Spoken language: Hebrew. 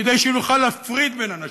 כדי שנוכל להפריד בין אנשים,